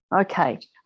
okay